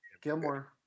Gilmore